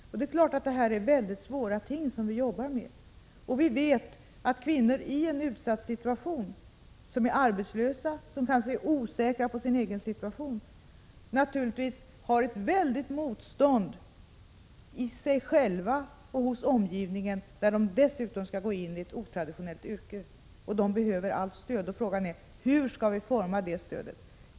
Det är klart att det är mycket svåra ting som vi här jobbar med. Vi vet att kvinnor i en utsatt ställning, som är arbetslösa, som kanske är osäkra om sin egen situation, naturligtvis möter ett väldigt motstånd inom sig själva och hos omgivningen, när de dessutom skall gå in i ett otraditionellt yrke. De behöver allt stöd, och frågan är hur vi skall forma det stödet.